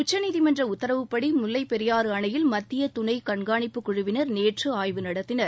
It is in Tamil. உச்சநீதிமன்ற உத்தரவுப்படி முல்லைப் பெரியாறு அணையில் மத்திய துணைக் கண்காணிப்புக் குழுவினர் நேற்று ஆய்வு நடத்தினர்